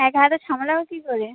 একা হাতে সামলাও কী করে